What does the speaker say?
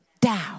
down